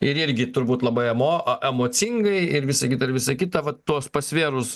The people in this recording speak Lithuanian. ir irgi turbūt labai emo a emocingai ir visa kita ir visa kita vat tuos pasvėrus